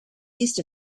east